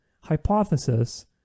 hypothesis